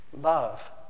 love